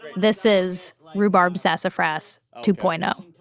this is rhubarb sassafras two-point-oh.